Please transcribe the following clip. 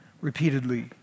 repeatedly